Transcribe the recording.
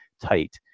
tight